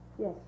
Yes